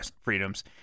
freedoms